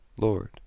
Lord